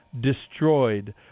destroyed